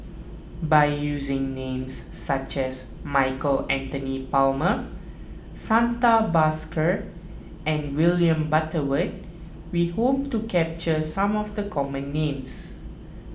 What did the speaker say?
by using names such as Michael Anthony Palmer Santha Bhaskar and William Butterworth we hope to capture some of the common names